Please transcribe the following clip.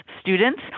students